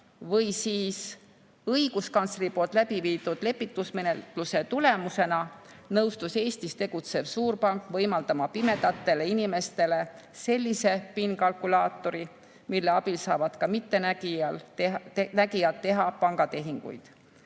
Või õiguskantsleri lepitusmenetluse tulemusena nõustus Eestis tegutsev suurpank võimaldama pimedatele inimestele sellise PIN-kalkulaatori, mille abil saavad ka mittenägijad teha pangatehinguid.